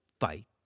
Fight